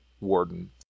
Warden